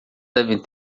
devem